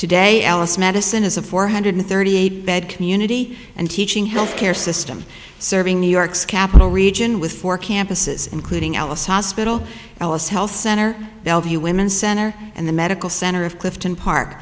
today alice medicine is a four hundred thirty eight bed community and teaching health care system serving new york's capital region with four campuses including alice hospital ellis health center bellevue women's center and the medical center of clifton park